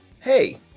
hey